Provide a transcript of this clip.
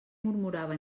murmurava